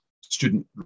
student